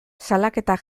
salaketak